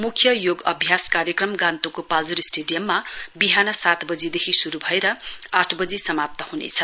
मुख्य कार्यक्रम गान्तोकको पाल्जोर स्टेडियममा बिहान सात बजीदेखि शुरू भएर आठ बजी समाप्त हनेछ